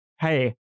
hey